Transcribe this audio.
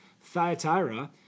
Thyatira